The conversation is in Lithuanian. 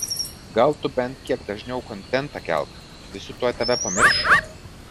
gal tu bent kiek dažniau kontentą kelk visi tuoj tave pamirš